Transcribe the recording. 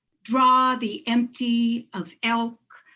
draw the empty of elk,